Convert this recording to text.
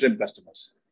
customers